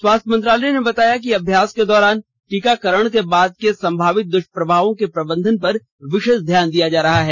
स्वास्थ्य मंत्रालय ने बताया कि अभ्यास के दौरान टीकाकरण के बाद के संभावित दुष्प्रभावों के प्रबंधन पर विशेष ध्यान दिया जा रहा है